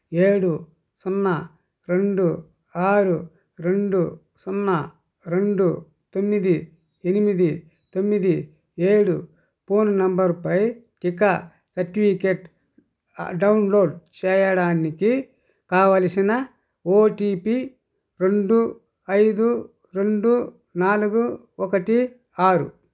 ఏడు సున్న రెండు ఆరు రెండు సున్న రెండు తొమ్మిది ఎనిమిది తొమ్మిది ఏడు ఫోన్ నంబరుపై టీకా సర్టిఫికేట్ డౌన్లోడ్ చేయడానికి కావలసిన ఓటీపీ రెండు ఐదు రెండు నాలుగు ఒకటి ఆరు